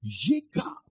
jika